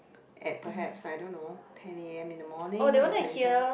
at perhaps I don't know ten am in the morning on twenty seven